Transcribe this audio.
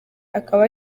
akaba